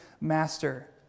master